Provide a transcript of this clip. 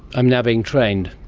i'm now being trained.